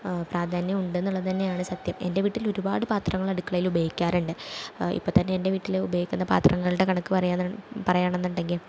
പ്രാധാന്യമുണ്ടെന്നുള്ളത് തന്നെയാണ് സത്യം എൻ്റെ വീട്ടിൽ ഒരുപാട് പാത്രങ്ങൾ അടുക്കളയിൽ ഉപയോഗിക്കാറുണ്ട് ഇപ്പോത്തന്നെ എൻ്റെ വീട്ടിൽ ഉപയോഗിക്കുന്ന പാത്രങ്ങളുടെ കണക്കു പറയാൻ പറയാന്നുണ്ടെങ്കിൽ